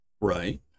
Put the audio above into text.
Right